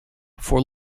for